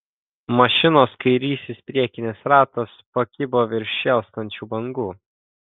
mašinos kairysis priekinis ratas pakibo virš šėlstančių bangų